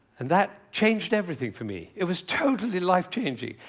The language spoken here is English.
and that changed everything for me. it was totally life-changing.